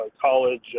college